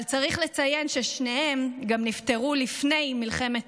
אבל צריך לציין ששניהם גם נפטרו לפני מלחמת